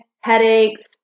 headaches